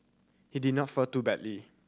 he did not fare too badly